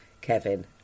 Kevin